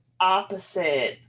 opposite